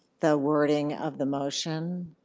the wording of the motion?